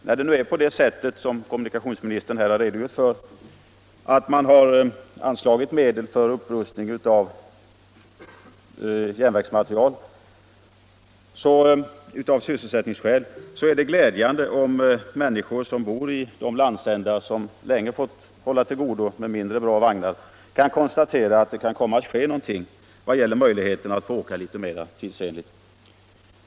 När man nu, som kommunikationsministern här har redogjort för, av sysselsättningsskäl anslagit medel för upprustning av järnvägsmateriel, är det glädjande om människorna i de landsändar som länge fått hålla till godo med mindre bra vagnar också kan få möjligheter att åka litet mera tidsenligt.